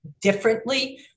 differently